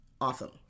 awesome